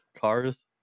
cars